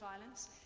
violence